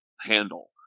handle